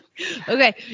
okay